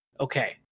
Okay